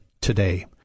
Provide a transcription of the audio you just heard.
today